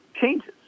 changes